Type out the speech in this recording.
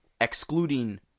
Excluding